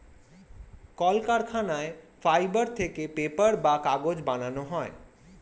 কলকারখানায় ফাইবার থেকে পেপার বা কাগজ বানানো হয়